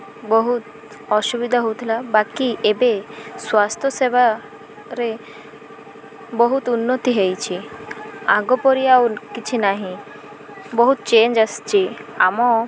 ବହୁତ ଅସୁବିଧା ହେଉଥିଲା ବାକି ଏବେ ସ୍ୱାସ୍ଥ୍ୟ ସେବାରେ ବହୁତ ଉନ୍ନତି ହୋଇଛି ଆଗ ପରି ଆଉ କିଛି ନାହିଁ ବହୁତ ଚେଞ୍ଜ୍ ଆସିଛି ଆମ